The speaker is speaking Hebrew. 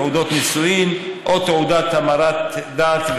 תעודות נישואין או תעודת המרת דת.